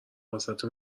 وسط